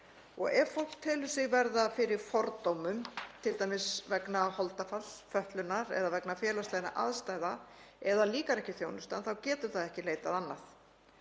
Ef fólk telur sig verða fyrir fordómum, t.d. vegna holdafars, fötlunar eða vegna félagslegra aðstæðna eða því líkar ekki þjónustan, þá getur það ekki leitað annað.